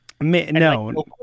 No